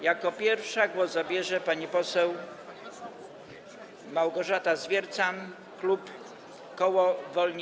Jako pierwsza głos zabierze pani poseł Małgorzata Zwiercan, koło Wolni